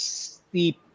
steep